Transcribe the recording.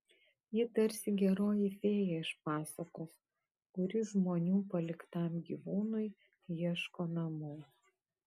ji tarsi geroji fėja iš pasakos kuri žmonių paliktam gyvūnui ieško namų